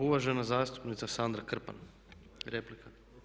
Uvažena zastupnica Sandra Krpan, replika.